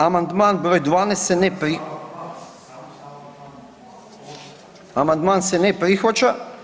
Amandman br. 12 se ne ... [[Govornik naknadno uključen.]] amandman se ne prihvaća.